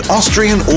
Austrian